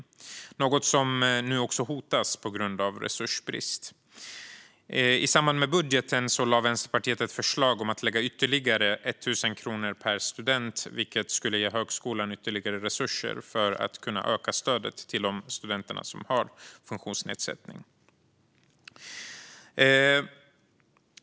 Det hotas nu också på grund av resursbrist. I samband med budgeten lade Vänsterpartiet fram förslag om att lägga ytterligare 1 000 kronor per student. Det skulle ge högskolan ytterligare resurser för att öka stödet till studenter med funktionsnedsättning.